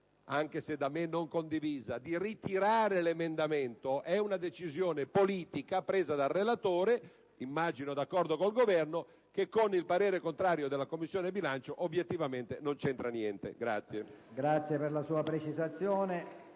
anche se da me non condivisa - di ritirare l'emendamento: è una decisione politica presa dal relatore, immagino d'accordo con il Governo, che con il parere contrario della Commissione bilancio obiettivamente non c'entra niente. PRESIDENTE. Riprendiamo l'espressione